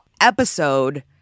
episode